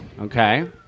Okay